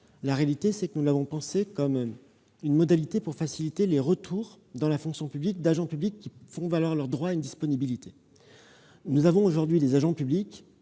En réalité, nous l'avons pensée comme une modalité tendant à faciliter les retours dans la fonction publique d'agents publics faisant valoir leur droit à une disponibilité. Nous avons aujourd'hui des agents publics-